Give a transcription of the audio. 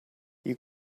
you